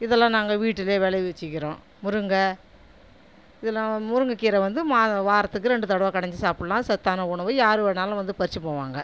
இதெல்லாம் நாங்கள் வீட்டுலேயே விளைவிச்சிக்கிறோம் முருங்கை இதெல்லாம் முருங்கைக் கீரை வந்து மா வாரத்துக்கு ரெண்டு தடவை கடைஞ்சி சாப்புடலாம் சத்தான உணவு யாருவேனாலும் வந்து பறித்துப் போவாங்க